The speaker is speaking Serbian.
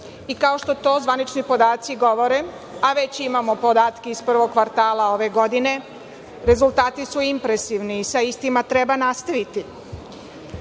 i kao što to zvanični podaci govore, a već imamo podatke iz prvog kvartala ove godine, rezultati su impresivni, a sa istima treba nastaviti. Neophodan